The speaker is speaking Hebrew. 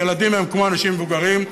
ילדים הם כמו אנשים מבוגרים,